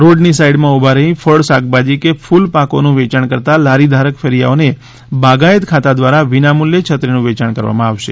રોડની સાઇડમાં ઊભા રહી ફળ શાકભાજી કે ક્રલપાકોનું વેચાણ કરતાં લારી ધારક ફેરીયાઓને બાગાયત ખાતા દ્વારા વિના મૂલ્યે છત્રીનું વેયાણ કરવામાં આવશે